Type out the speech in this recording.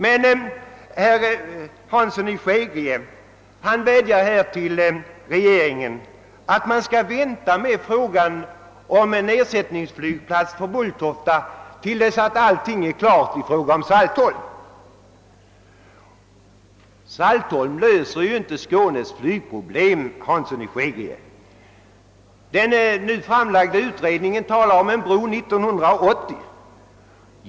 Herr Hansson i Skegrie vädjade till regeringen om att vänta med frågan om en ersättningsflygplats för Bulliofta till dess att allting är klart i fråga om Saltholm. Saltholmprojektet löser inte Skånes flygplatsproblem, herr Hansson i Skegrie. Den nu framlagda utredningen talar om en bro 1980.